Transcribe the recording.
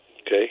Okay